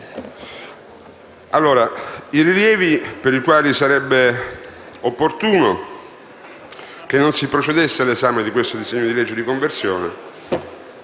i rilievi per i quali sarebbe opportuno non procedere all'esame del disegno di legge di conversione